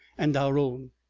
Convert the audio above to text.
and our own.